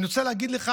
ואני רוצה להגיד לך,